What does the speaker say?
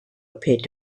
appeared